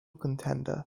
contender